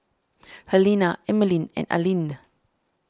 Helena Emeline and Aline